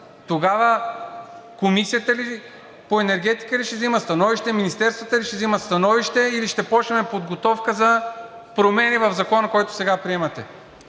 Тогава Комисията по енергетика ли ще взима становище, министерствата ли ще взимат становище, или ще започнем подготовка за промени в Закона, който сега приемате?